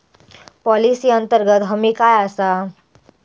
Policy अंतर्गत हमी काय आसा?